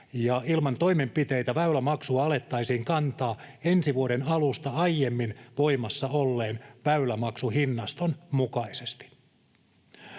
ilman toimenpiteitä väylämaksua alettaisiin kantaa ensi vuoden alusta aiemmin voimassa olleen väylämaksuhinnaston mukaisesti.